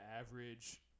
average